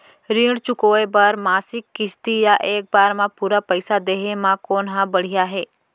ऋण चुकोय बर मासिक किस्ती या एक बार म पूरा पइसा देहे म कोन ह बढ़िया हे?